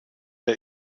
der